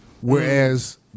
Whereas